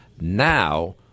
now